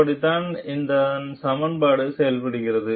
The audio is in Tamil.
அப்படித்தான் அந்த சமன்பாடு செய்யப்படுகிறது